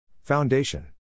Foundation